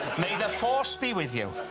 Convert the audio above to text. may the force be with you.